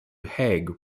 hague